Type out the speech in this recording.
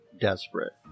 desperate